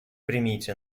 примите